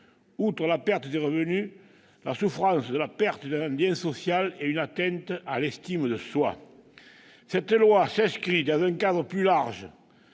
outre la perte de revenus, la souffrance liée à la perte d'un lien social et une atteinte à l'estime de soi. Cette loi s'inscrit dans le cadre plus large